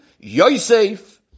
Yosef